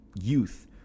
youth